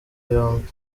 yombi